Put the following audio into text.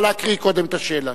נא להקריא קודם את השאלה.